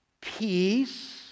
peace